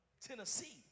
Tennessee